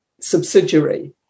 subsidiary